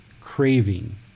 craving